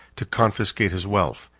to confiscate his wealth,